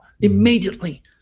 immediately